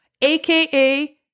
aka